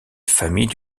familles